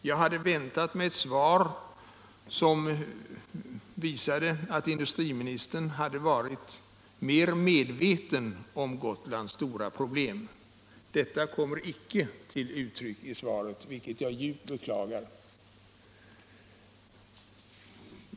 Jag hade väntat mig ett svar som visade att industriministern varit mer medveten om Gotlands stora problem. Detta kommer icke till uttryck i svaret, vilket jag djupt beklagar.